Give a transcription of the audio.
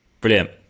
Brilliant